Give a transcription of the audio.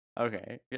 okay